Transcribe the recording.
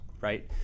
right